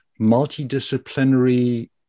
multidisciplinary